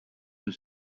the